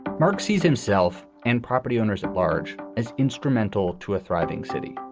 mark sees himself and property owners at large as instrumental to a thriving city.